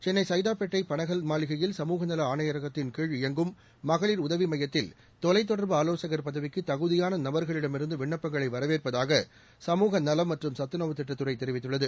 சென்னை சைதாப்பேட்டை பனகல் மாளிகையில் சமூகநல ஆணையரகத்தின்கீழ் இயங்கும் மகளிர் உதவி மையத்தில் தொலைத் தொடர்பு ஆலோசகர் பதவிக்கு தகுதியான நபர்களிடமிருந்து விண்ணப்பங்களை வரவேற்பதாக சமூக நலம் மற்றும் சத்துணவுத் திட்டத் துறை அறிவித்துள்ளது